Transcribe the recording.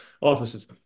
offices